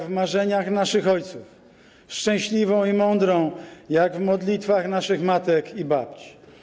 jak w marzeniach naszych ojców, szczęśliwą i mądrą jak w modlitwach naszych matek i babć.